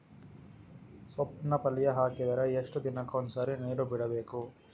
ಸೊಪ್ಪಿನ ಪಲ್ಯ ಹಾಕಿದರ ಎಷ್ಟು ದಿನಕ್ಕ ಒಂದ್ಸರಿ ನೀರು ಬಿಡಬೇಕು?